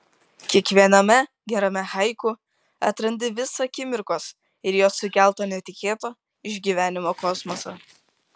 kiekviename gerame haiku atrandi visą akimirkos ir jos sukelto netikėto išgyvenimo kosmosą